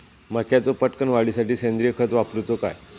मक्याचो पटकन वाढीसाठी सेंद्रिय खत वापरूचो काय?